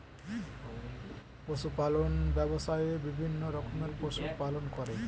পশু পালন ব্যবসায়ে বিভিন্ন রকমের পশু পালন করে